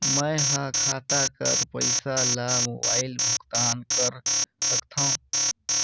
मैं ह खाता कर पईसा ला मोबाइल भुगतान कर सकथव?